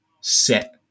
set